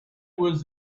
was